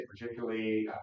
particularly